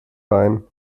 rein